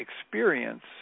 experience